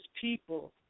people